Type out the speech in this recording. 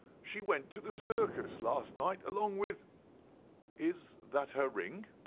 she went to the circus last night along with is that her ring?